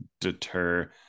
deter